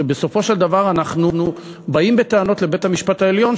ובסופו של דבר אנחנו באים בטענות לבית-המשפט העליון,